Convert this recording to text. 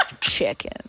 chicken